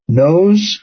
nose